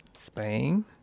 Spain